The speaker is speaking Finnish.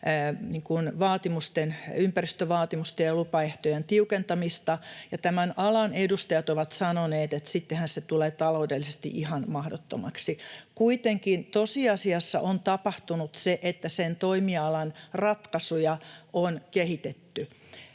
ympäristövaatimusten ja lupaehtojen tiukentamista ja tämän alan edustajat ovat sanoneet, että sittenhän se tulee taloudellisesti ihan mahdottomaksi. Kuitenkin tosiasiassa on tapahtunut se, että sen toimialan ratkaisuja on kehitetty.